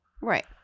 Right